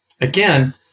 again